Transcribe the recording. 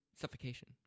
Suffocation